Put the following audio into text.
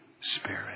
Spirit